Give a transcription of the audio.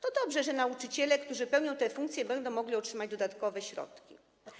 To dobrze, że nauczyciele, którzy pełnią tę funkcję, będą mogli otrzymać dodatkowe środki.